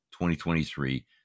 2023